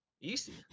Easy